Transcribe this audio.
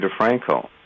DeFranco